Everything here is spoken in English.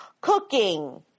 Cooking